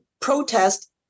protest